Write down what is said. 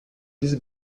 this